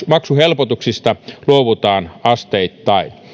maksuhelpotuksista luovutaan asteittain